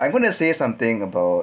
I'm going to say something about